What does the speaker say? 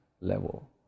level